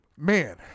Man